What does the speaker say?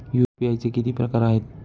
UPI चे किती प्रकार आहेत?